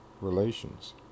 relations